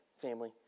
family